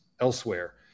elsewhere